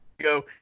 Go